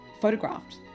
photographed